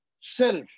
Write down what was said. self